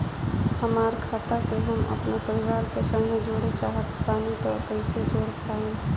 हमार खाता के हम अपना परिवार के खाता संगे जोड़े चाहत बानी त कईसे जोड़ पाएम?